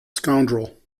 scoundrel